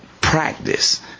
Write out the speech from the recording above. practice